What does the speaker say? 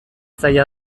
zaila